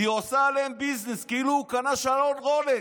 היא עושה עליהם ביזנס כאילו הוא קנה שעון רולקס,